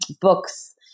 books